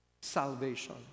salvation